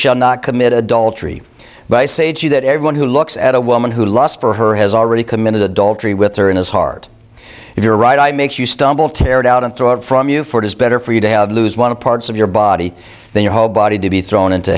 shall not commit adultery but i say to you that everyone who looks at a woman who lust for her has already committed adultery with her in his heart if your right eye makes you stumble tear it out and throw it from you for it is better for you to have lose one of the parts of your body than your whole body to be thrown into